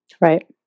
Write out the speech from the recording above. Right